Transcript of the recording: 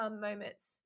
moments